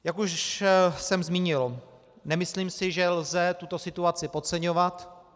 Jak už jsem zmínil, nemyslím si, že lze tuto situaci podceňovat.